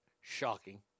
Shocking